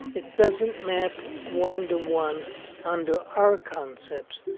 it doesn't map one to one onto our concepts.